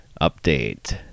Update